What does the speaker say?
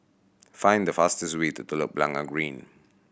find the fastest way to Telok Blangah Green